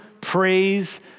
praise